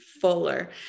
fuller